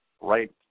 right